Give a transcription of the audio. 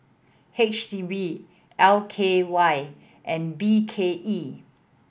H D B L K Y and B K E